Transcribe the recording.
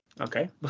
Okay